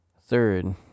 Third